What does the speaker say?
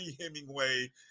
Hemingway